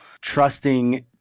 trusting